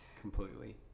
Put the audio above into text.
completely